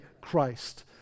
Christ